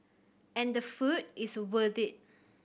and the food is worth it